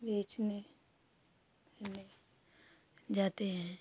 बेचने जाते हैं